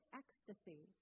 ecstasy